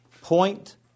point